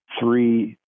three